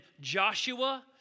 Joshua